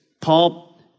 Paul